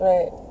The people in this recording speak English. Right